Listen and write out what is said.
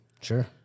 Sure